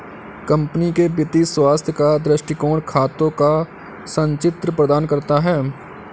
company के वित्तीय स्वास्थ्य का दृष्टिकोण खातों का संचित्र प्रदान करता है